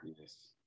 Yes